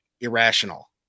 irrational